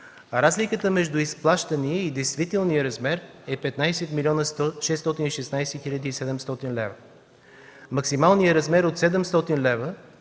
разликата между изплащания и действителния размер е 15 млн. 616 хил. 700 лв. Максималният размер от 700 лв.